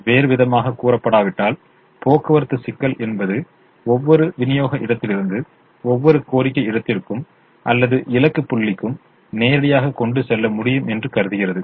வேறுவிதமாகக் கூறப்படாவிட்டால் போக்குவரத்து சிக்கல் என்பது ஒவ்வொரு விநியோக இடத்திலிருந்து ஒவ்வொரு கோரிக்கை இடத்திற்கு அல்லது இலக்கு புள்ளிக்கு நேரடியாக கொண்டு செல்ல முடியும் என்று கருதுகிறது